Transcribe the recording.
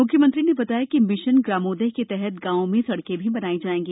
मुख्यमंत्री ने बताया कि मिशन ग्रामोदय के तहत गांवों में सडकें भी बनाई जाएगी